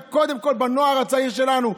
וקודם כול של הנוער הצעיר שלנו,